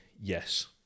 Yes